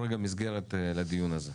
מסגרת לדיון הזה.